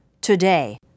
Today